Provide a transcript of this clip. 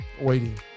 waiting